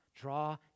draw